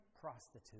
prostitute